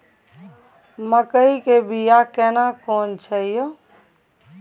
मकई के बिया केना कोन छै यो?